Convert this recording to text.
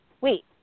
wait